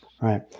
right